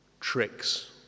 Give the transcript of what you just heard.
Tricks